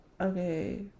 okay